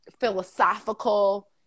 philosophical